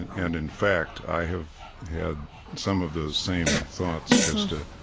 and and in fact, i have had some of the same thoughts, and krista,